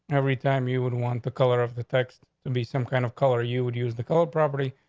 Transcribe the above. every time you would want the color of the text to be some kind of color, you would use the cold property,